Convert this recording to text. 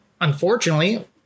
unfortunately